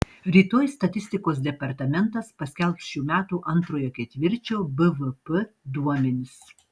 rytoj statistikos departamentas paskelbs šių metų antrojo ketvirčio bvp duomenis